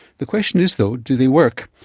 the question is though, do they work?